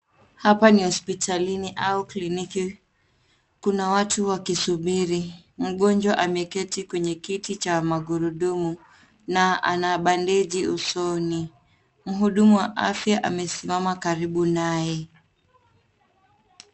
Hapa ni hospitalini au kliniki, kuna watu wakisubiri, mgonjwa ameketi kwenye kiti cha magurudumu, na ana bandenji usoni, mhudumu wa afya amesimama karibu naye.